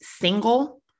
single